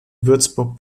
würzburg